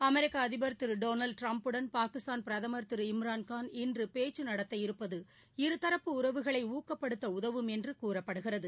அமெரிக்க அதிபர் திரு டொனாவ்டு ட்ரம்ப்புடன் பாகிஸ்தான் பிரதமர் திரு இம்ரான்கான் இன்று பேச்சு நடத்தவிருப்பது இருதரப்பு உறவுகளை ஊக்கப்படுத்த உதவும் என்று கூறப்படுகிறது